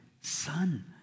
Son